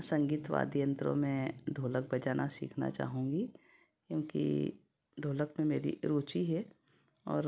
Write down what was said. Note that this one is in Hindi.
संगीत वाद्य यंत्र में ढोलक बजाना सीखना चाहूँगी क्योंकि ढोलक में मेरी रुचि है और